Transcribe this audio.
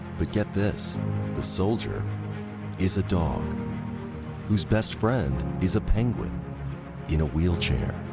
but get this the soldier is a dog whose best friend is a penguin in a wheelchair,